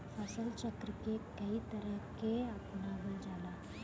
फसल चक्र के कयी तरह के अपनावल जाला?